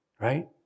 right